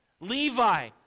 Levi